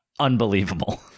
unbelievable